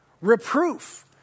Reproof